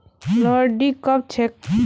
लोहड़ी कब छेक